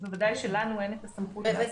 אז בוודאי שלנו אין את הסמכות לעשות את זה.